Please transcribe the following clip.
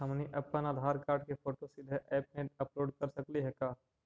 हमनी अप्पन आधार कार्ड के फोटो सीधे ऐप में अपलोड कर सकली हे का?